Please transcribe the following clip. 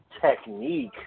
technique